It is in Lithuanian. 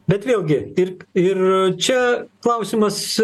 bet vėlgi ir ir čia klausimas